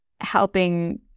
helping